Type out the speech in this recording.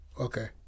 Okay